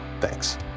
Thanks